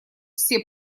все